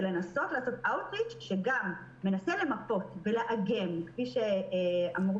ולנסות לעשות out reach שמנסה גם למפות ולאגם כפי שאמרו